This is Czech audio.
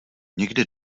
někde